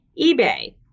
eBay